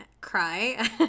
cry